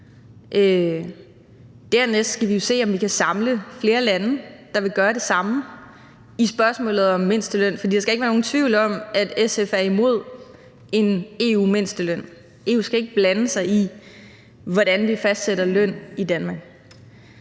Dernæst skal vi se, om vi kan samle flere lande, der vil gøre det samme i spørgsmålet om mindsteløn, for der skal ikke være nogen tvivl om, at SF er imod en EU-mindsteløn. EU skal ikke blande sig i, hvordan vi fastsætter løn i Danmark.